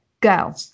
Go